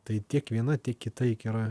tai tiek viena tiek kita juk kita yra